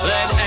Let